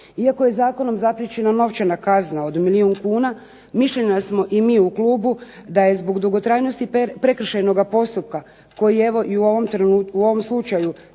Iako je zakonom zapriječena novčana kazna od milijun kuna mišljenja smo i mi u klubu da je zbog dugotrajnosti prekršajnog postupka koji je evo i u ovom slučaju